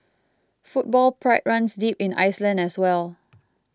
football pride runs deep in Iceland as well